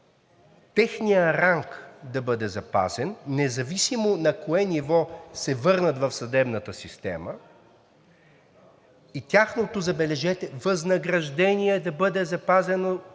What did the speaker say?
техният ранг да бъде запазен независимо на кое ниво се върнат в съдебната система и тяхното, забележете, възнаграждение да бъде запазено,